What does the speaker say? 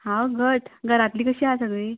हांव घट घरातलीं कशीं आं सगळीं